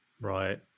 Right